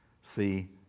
See